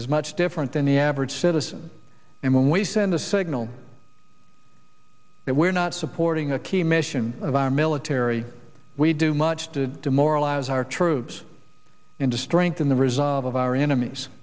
is much different than the average citizen and when we send a signal that we're not supporting the key mission of our military we do much to demoralize our troops in to strengthen the resolve of our enemies